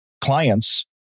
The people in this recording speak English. clients